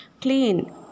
clean